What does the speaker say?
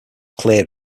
cleared